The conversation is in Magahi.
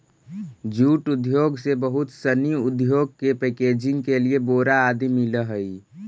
जूट उद्योग से बहुत सनी उद्योग के पैकेजिंग के लिए बोरा आदि मिलऽ हइ